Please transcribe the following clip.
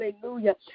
hallelujah